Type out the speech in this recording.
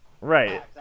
Right